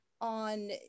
on